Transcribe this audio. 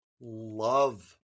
love